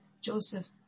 Joseph